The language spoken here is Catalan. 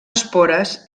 espores